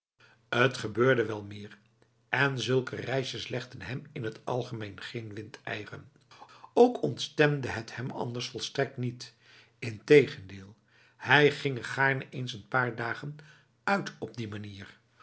het gebeurde wel meer en zulke reisjes legden hem in het algemeen geen windeieren ook ontstemde het hem anders volstrekt niet integendeel hij ging er gaarne eens n paar dagen uit op die manier